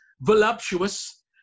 voluptuous